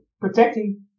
protecting